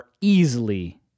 easily